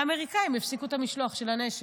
האמריקאים הפסיקו את המשלוח של הנשק,